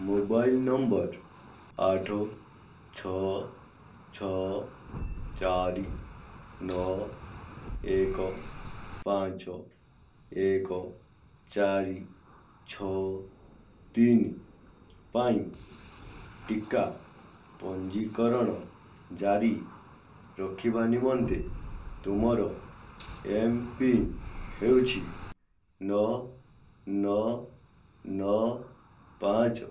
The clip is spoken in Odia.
ମୋବାଇଲ ନମ୍ବର ଆଠ ଛଅ ଛଅ ଚାରି ନଅ ଏକ ପାଞ୍ଚ ଏକ ଚାରି ଛଅ ତିନି ପାଇଁ ଟିକା ପଞ୍ଜୀକରଣ ଜାରି ରଖିବା ନିମନ୍ତେ ତୁମର ଏମ୍ ପିନ୍ ହେଉଛି ନଅ ନଅ ନଅ ପାଞ୍ଚ